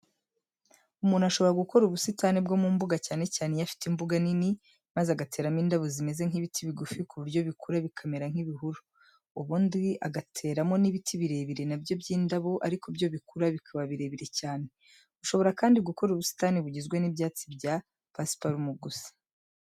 Umuntu ashobora gukora ubusitani bwo mu mbuga cyane cyane iyo afite imbuga nini, maze agateramo indabo zimeze nk'ibiti bigufi ku buryo bikura bikamera nk'ibihuru, ubundi agataramo n'ibiti birebire na byo by'indabo ariko byo bikura bikaba birebire cyane. Ushobora kandi gukora ubusitani bugizwe n'ibyatsi bya pasiparumu gusa.